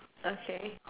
okay